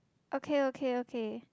okay okay okay